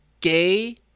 gay